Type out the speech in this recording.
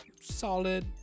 solid